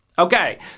Okay